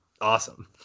awesome